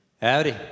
Howdy